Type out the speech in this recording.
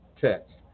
text